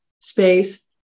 space